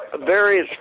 various